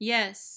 Yes